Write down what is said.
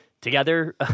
together